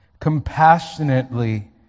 compassionately